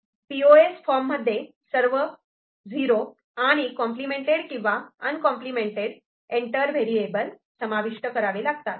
P O S form मध्ये सर्व '0' आणि कॉम्प्लिमेंटड किंवा आणकॉम्प्लिमेंऍड एंटर व्हेरिएबल समाविष्ट करावे लागतात